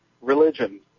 religion